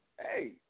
hey